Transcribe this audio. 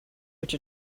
which